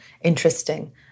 interesting